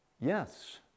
Yes